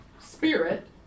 spirit